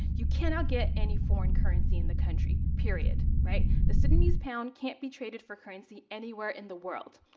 you cannot get any foreign currency in the country, period. right? the sudanese pound can't be traded for currency anywhere in the world.